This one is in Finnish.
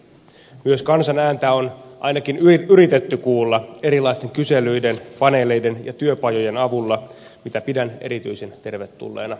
myös kansan ääntä on ainakin yritetty kuulla erilaisten kyselyiden paneeleiden ja työpajojen avulla mitä pidän erityisen tervetulleena asiana